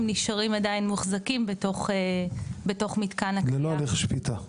הם נשארים עדיין מוחזקים בתוך מתקן הכליאה.